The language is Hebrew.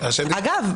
אגב,